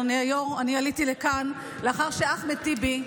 אדוני היו"ר, אני עליתי לכאן לאחר שאחמד טיבי,